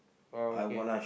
orh okay